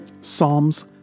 Psalms